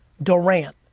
durant,